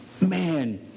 man